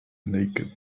naked